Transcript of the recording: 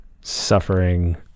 suffering